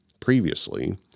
Previously